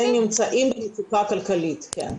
שנמצאים במצוקה כלכלית, כן.